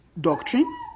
doctrine